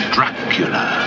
Dracula